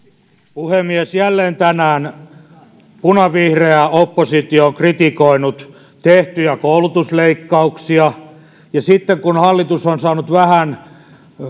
puhemies jälleen tänään punavihreä oppositio on kritisoinut tehtyjä koulutusleikkauksia ja sitten kun hallitus on saanut vähän